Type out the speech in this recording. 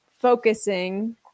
focusing